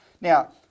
Now